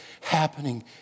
happening